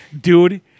Dude